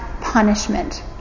punishment